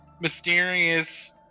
mysterious